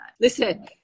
Listen